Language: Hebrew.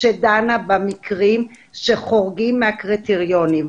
שדנה במקרים שחורגים מהקריטריונים,